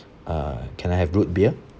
uh can I have root beer